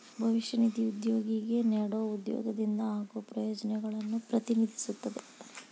ಭವಿಷ್ಯ ನಿಧಿ ಉದ್ಯೋಗಿಗೆ ನೇಡೊ ಉದ್ಯೋಗದಿಂದ ಆಗೋ ಪ್ರಯೋಜನಗಳನ್ನು ಪ್ರತಿನಿಧಿಸುತ್ತದೆ